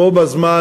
בו-בזמן,